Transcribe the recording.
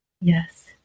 Yes